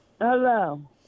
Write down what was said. Hello